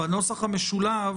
הנוסח המשולב